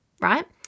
right